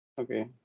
Okay